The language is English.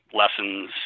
lessons